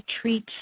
treat